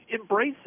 embrace